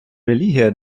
релігія